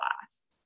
class